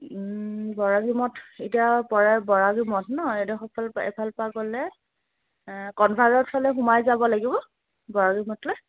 বৈৰাগীমঠ এতিয়া পৰে বৈৰাগীমঠ ন এইডোখৰ পৰা এফালৰ পৰা গ'লে ফালে সোমাই যাব লাগিব বৈৰাগীমঠলৈ